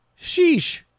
sheesh